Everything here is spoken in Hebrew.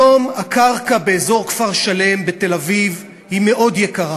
היום הקרקע באזור כפר-שלם בתל-אביב היא מאוד יקרה.